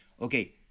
Okay